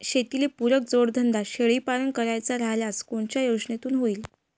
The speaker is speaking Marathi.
शेतीले पुरक जोडधंदा शेळीपालन करायचा राह्यल्यास कोनच्या योजनेतून होईन?